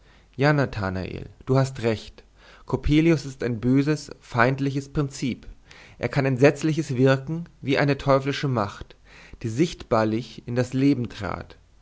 ja nathanael du hast recht coppelius ist ein böses feindliches prinzip er kann entsetzliches wirken wie eine teuflische macht die sichtbarlich in das leben trat